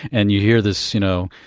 and you hear this, you know,